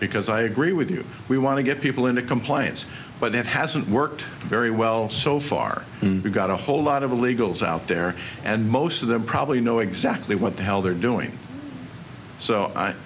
because i agree with you we want to get people into compliance but it hasn't worked very well so far we've got a whole lot of illegals out there and most of them probably know exactly what the hell they're doing so i